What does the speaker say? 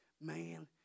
Man